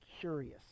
curious